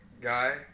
guy